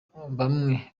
bamwe